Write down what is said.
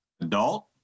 Adult